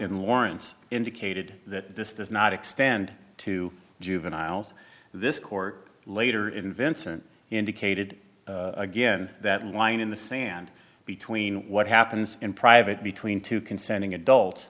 in lawrence indicated that this does not extend to juveniles this court later in vincent indicated again that in line in the sand between what happens in private between two consenting adults